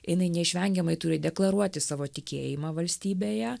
jinai neišvengiamai turi deklaruoti savo tikėjimą valstybėje